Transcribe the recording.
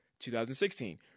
2016